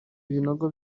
ibinogo